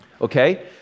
okay